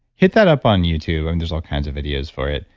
hit that up on youtube and there's all kinds of videos for it.